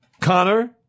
Connor